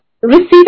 receiving